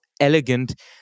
elegant